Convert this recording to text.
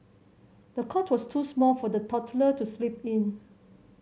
the cot was too small for the toddler to sleep in